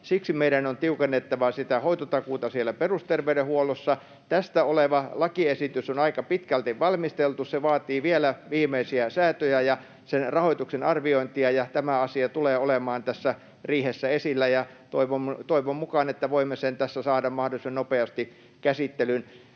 Siksi meidän on tiukennettava sitä hoitotakuuta siellä perusterveydenhuollossa. Tästä oleva lakiesitys on aika pitkälti valmisteltu. Se vaatii vielä viimeisiä säätöjä ja sen rahoituksen arviointia, ja tämä asia tulee olemaan tässä riihessä esillä, ja toivon mukaan voimme sen tässä saada mahdollisimman nopeasti käsittelyyn.